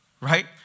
Right